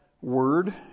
word